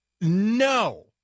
No